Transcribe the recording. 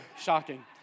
shocking